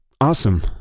Awesome